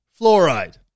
fluoride